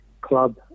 club